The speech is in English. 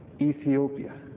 Ethiopia